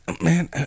Man